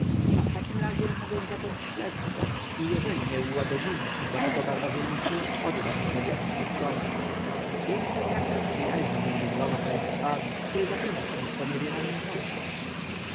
a w takim razie mogę zacząć śledztwo i jeżeli nie ułagodzimy kudłatego barbarzyńcy oddam zawadjaków pod sąd piękny traktat przyjaźni między dwoma państwami klóry zaczyna się sponiewieraniem posła